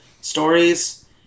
stories